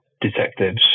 detectives